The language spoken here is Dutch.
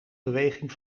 beweging